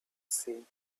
seemed